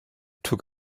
took